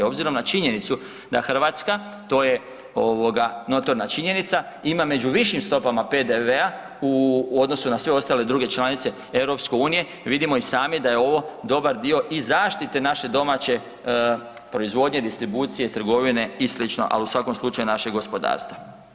Obzirom na činjenicu da Hrvatska, to je notorna činjenica, ima među višim stopama PDV-a u odnosu na sve ostale druge članice EU, vidimo i sami da je ovo dobar dio i zaštite naše domaće proizvodnje, distribucije, trgovine i sl., ali u svakom slučaju našeg gospodarstva.